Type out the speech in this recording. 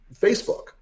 Facebook